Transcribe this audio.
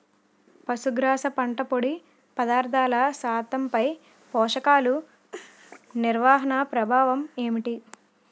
పశుగ్రాస పంట పొడి పదార్థాల శాతంపై పోషకాలు నిర్వహణ ప్రభావం ఏమిటి?